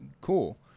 Cool